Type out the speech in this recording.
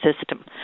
system